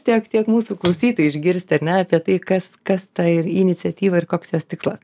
tiek tiek mūsų klausytojai išgirsti ar ne apie tai kas kas ta iniciatyva ir koks jos tikslas